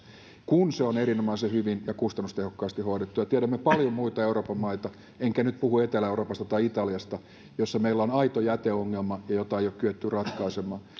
kun se on erinomaisen hyvin ja kustannustehokkaasti hoidettu tiedämme paljon muita euroopan maita enkä nyt puhu etelä euroopasta tai italiasta joissa meillä on aito jäteongelma jota ei ole kyetty ratkaisemaan